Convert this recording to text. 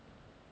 ya